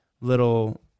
little